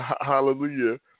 hallelujah